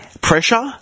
Pressure